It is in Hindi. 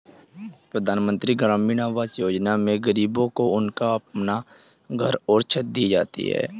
प्रधानमंत्री ग्रामीण आवास योजना में गरीबों को उनका अपना घर और छत दी जाती है